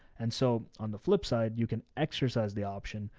and so on the flip side, you can exercise the option.